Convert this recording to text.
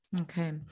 Okay